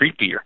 creepier